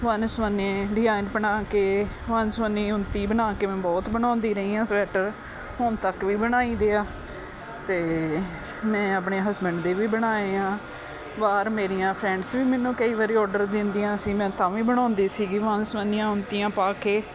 one ਸੁਵੰਨੇ design ਬਣਾ ਕੇ ਵੰਨ ਸਵੰਨੀ ਉੱਨਤੀ ਮੈਂ ਬਹੁਤ ਬਣਾਉਂਦੀ ਰਹੀ ਹਾਂ ਸਵੇਟਰ ਹੁਣ ਤੱਕ ਵੀ ਬਣਾਈ ਦੇ ਆ ਅਤੇ ਮੈਂ ਆਪਣੇ ਹਸਬੈਂਡ ਦੇ ਵੀ ਬਣਾਏ ਆ ਬਾਹਰ ਮੇਰੀਆਂ ਫਰੈਂਡਸ ਵੀ ਮੈਨੂੰ ਕਈ ਵਾਰੀ ਆਰਡਰ ਦਿੰਦੀਆਂ ਸੀ ਮੈਂ ਤਾਂ ਵੀ ਬਣਾਉਂਦੀ ਸੀਗੀ ਵੰਨ ਸੁਵੰਨੀਆਂ ਉੱਨਤੀਆਂ ਪਾ ਕੇ